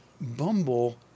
Bumble